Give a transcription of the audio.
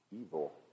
evil